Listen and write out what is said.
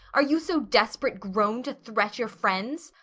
are you so desperate grown to threat your friends?